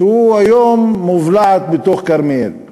שהוא היום מובלעת בתוך כרמיאל,